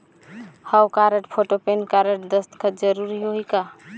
हव card, photo, PAN card, दस्खत जरूरी होही का?